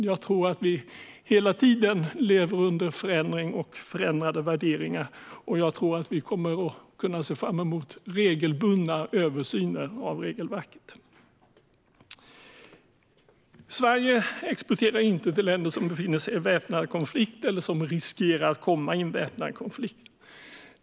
Jag tror att vi hela tiden lever under förändring och med förändrade värderingar, och jag tror att vi kommer att kunna se fram emot regelbundna översyner av regelverket. Sverige exporterar inte till länder som befinner sig i väpnad konflikt eller som riskerar att komma i en väpnad konflikt.